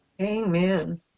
Amen